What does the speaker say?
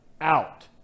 out